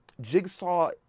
Jigsaw